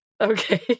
Okay